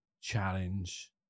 challenge